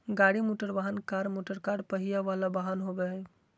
गाड़ी मोटरवाहन, car motorcar पहिया वला वाहन होबो हइ